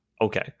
Okay